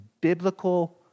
biblical